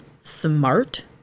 Smart